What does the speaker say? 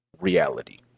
reality